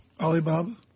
Alibaba